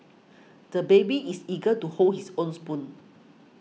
the baby is eager to hold his own spoon